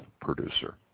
producer